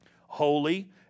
holy